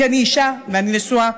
כי אני אישה ואני נשואה,